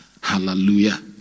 Hallelujah